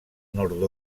nord